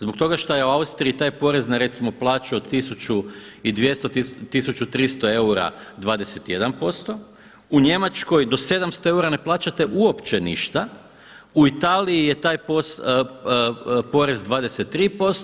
Zbog toga što je u Austriji taj porez na recimo plaću od 1200, 1300 eura 21%, u Njemačkoj do 700 eura ne plaćate uopće ništa, u Italiji je taj porez 23%